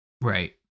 Right